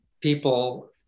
people